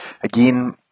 Again